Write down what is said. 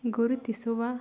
ಗುರುತಿಸುವ